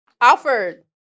Alfred